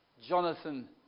Jonathan